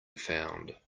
found